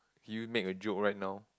can you make a joke right now